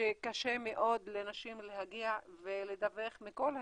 שקשה מאוד לנשים להגיע ולדווח, מכל הסיבות,